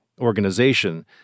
Organization